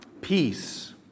peace